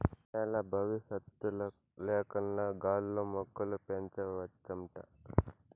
నేల బవిసత్తుల లేకన్నా గాల్లో మొక్కలు పెంచవచ్చంట